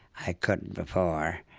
i couldn't before.